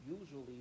usually